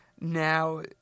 Now